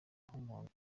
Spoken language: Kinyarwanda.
nk’umuntu